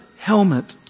helmet